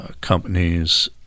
companies